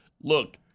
Look